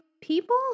people